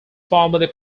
formerly